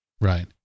Right